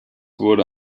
wurde